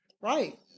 right